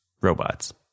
robots